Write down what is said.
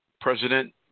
President